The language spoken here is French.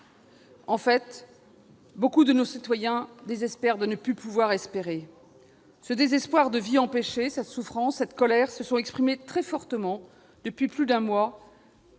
En clair, beaucoup de nos concitoyens désespèrent de ne plus pouvoir espérer ! Ce désespoir de vies empêchées, cette souffrance, cette colère se sont exprimés très fortement depuis plus d'un mois,